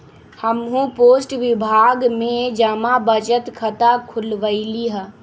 हम्हू पोस्ट विभाग में जमा बचत खता खुलवइली ह